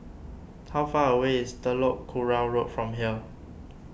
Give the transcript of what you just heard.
how far away is Telok Kurau Road from here